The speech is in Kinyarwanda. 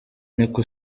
niko